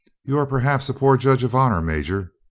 you are perhaps a poor judge of honor, major,